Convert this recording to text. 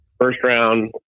first-round